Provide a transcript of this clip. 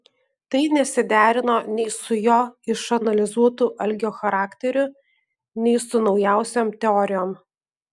tai nesiderino nei su jo išanalizuotu algio charakteriu nei su naujausiom teorijom